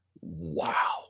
wow